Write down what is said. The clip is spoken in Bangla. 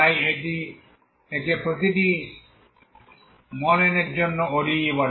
তাই একে প্রতিটি n এর জন্য ODE বলে